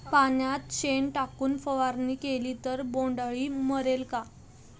पाण्यात शेण टाकून फवारणी केली तर बोंडअळी मरेल का?